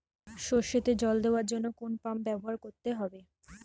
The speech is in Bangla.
সরষেতে জল দেওয়ার জন্য কোন পাম্প ব্যবহার করতে হবে?